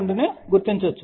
2 ను గుర్తించవచ్చు